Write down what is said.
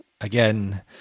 again